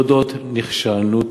להודות: נכשלנו,